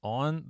on